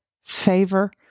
favor